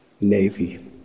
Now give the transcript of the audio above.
Navy